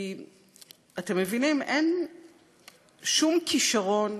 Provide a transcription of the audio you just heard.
אתם מבינים, אין שום כישרון